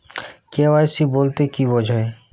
KYC বলতে কি বোঝায়?